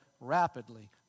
rapidly